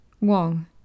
Wong